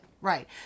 Right